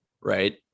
right